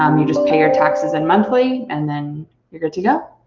um you just pay your taxes in monthly and then you're good to go.